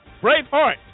Braveheart